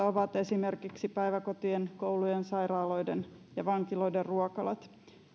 ovat esimerkiksi päiväkotien koulujen sairaaloiden ja vankiloiden ruokalat